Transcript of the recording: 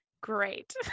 Great